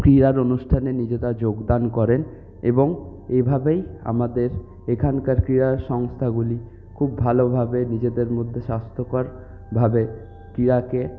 ক্রীড়ার অনুষ্ঠানে নিজেরা যোগদান করেন এবং এভাবেই আমাদের এখানকার ক্রীড়া সংস্থাগুলি খুব ভালোভাবে নিজেদের মধ্যে স্বাস্থ্যকরভাবে ক্রীড়াকে